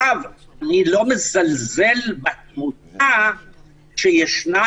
אני לא מזלזל בתמותה שישנה,